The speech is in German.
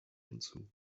hinzu